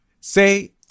Say